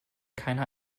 keiner